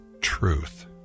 truth